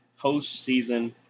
postseason